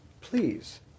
please